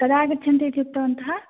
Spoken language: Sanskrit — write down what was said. कदागच्छन्तीति उक्तवन्तः